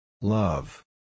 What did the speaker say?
Love